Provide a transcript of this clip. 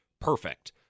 perfect